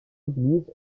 église